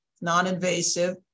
non-invasive